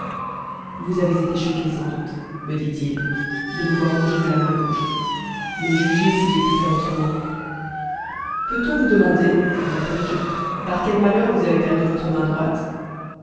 vous avez été choqué sans doute me dit-il de me voir manger de la main gauche mais jugez si j'ai pu faire autrement peut-on vous demander repris-je par quel malheur vous avez perdu votre main droite